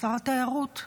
שר התיירות.